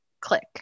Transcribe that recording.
Click